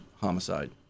homicide